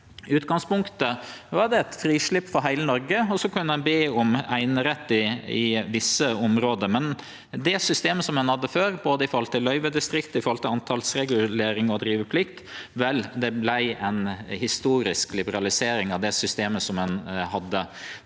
I utgangspunktet var det eit frislepp for heile Noreg, og så kunne ein be om einerett i visse område. Men det systemet ein hadde før, når det gjeld både løyvedistrikt, antalsregulering og driveplikt – vel, det vart ei historisk liberalisering av det systemet ein hadde.